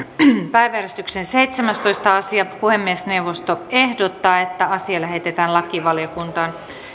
päiväjärjestyksen seitsemästoista asia puhemiesneuvosto ehdottaa että asia lähetetään lakivaliokuntaan